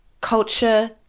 culture